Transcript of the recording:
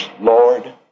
Lord